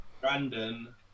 Brandon